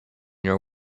your